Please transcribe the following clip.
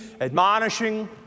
admonishing